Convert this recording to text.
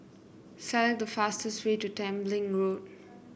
select the fastest way to Tembeling Road